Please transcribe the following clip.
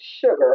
sugar